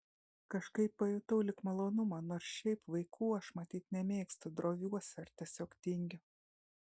kažkaip pajutau lyg malonumą nors šiaip vaikų aš matyt nemėgstu droviuosi ar tiesiog tingiu